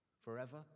Forever